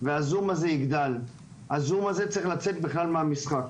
והזום הזה יגדל, הזום הזה צריך לצאת בכלל מהמשחק.